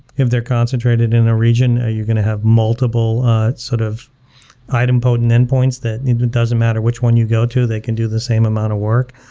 if they're concentrated in a region, are you going to have multiple sort of item potent endpoints that it doesn't matter which one you go, they can do the same amount of work.